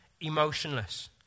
emotionless